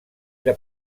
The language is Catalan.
era